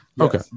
Okay